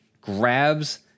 grabs